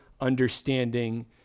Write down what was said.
understanding